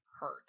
hurt